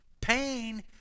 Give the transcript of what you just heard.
Pain